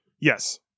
Yes